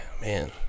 man